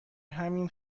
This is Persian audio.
همین